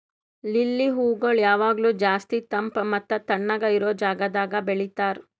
lily ಹೂಗೊಳ್ ಯಾವಾಗ್ಲೂ ಜಾಸ್ತಿ ತಂಪ್ ಮತ್ತ ತಣ್ಣಗ ಇರೋ ಜಾಗದಾಗ್ ಬೆಳಿತಾರ್